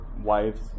wives